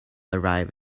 arrive